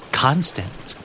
constant